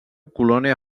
colònia